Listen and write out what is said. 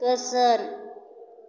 गोजोन